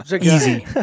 Easy